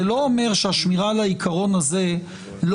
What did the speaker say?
זה לא אומר שהשמירה על העיקרון הזה לא